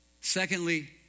Secondly